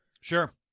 Sure